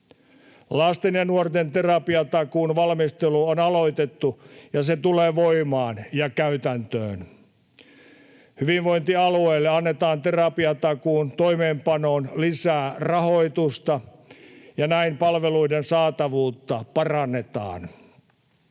Lasten ja nuorten terapiatakuun valmistelu on aloitettu, ja se tulee voimaan ja käytäntöön. Hyvinvointialueille annetaan terapiatakuun toimeenpanoon lisää rahoitusta, ja näin palveluiden saatavuutta parannetaan.